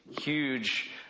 huge